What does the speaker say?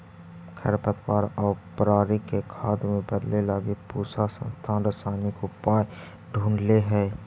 खरपतवार आउ पराली के खाद में बदले लगी पूसा संस्थान रसायनिक उपाय ढूँढ़ले हइ